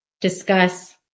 discuss